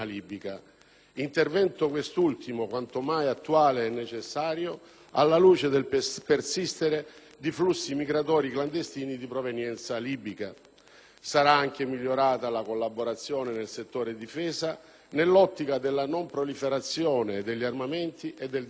intervento quest'ultimo quanto mai attuale e necessario al luce del persistere di flussi migratori clandestini di provenienza libica. Sarà anche migliorata la collaborazione nel settore difesa nell'ottica della non proliferazione degli armamenti e del disarmo.